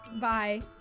Bye